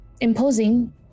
imposing